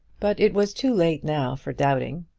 but it was too late now for doubting,